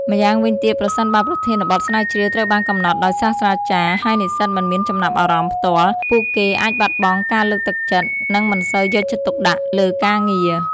ម្យ៉ាងវិញទៀត ប្រសិនបើប្រធានបទស្រាវជ្រាវត្រូវបានកំណត់ដោយសាស្ត្រាចារ្យ ហើយនិស្សិតមិនមានចំណាប់អារម្មណ៍ផ្ទាល់ ពួកគេអាចបាត់បង់ការលើកទឹកចិត្ត និងមិនសូវយកចិត្តទុកដាក់លើការងារ។